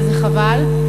וזה חבל.